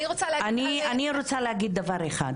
אני רוצה להגיד דבר אחד,